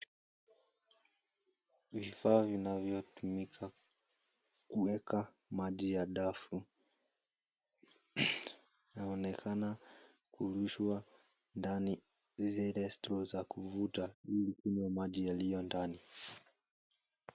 Vifaa vinavyotumika kuweka maji ya dafu, inaonekana kuvushwa ndani zile straw za kuvuta na kukunywa maji yaliyo ndani.